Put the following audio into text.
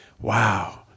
wow